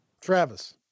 Travis